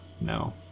no